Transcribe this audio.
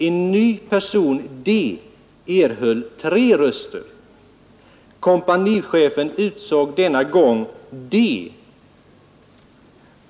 En ny person D fick 3 röster. Kompanichefen utsåg denna gång D.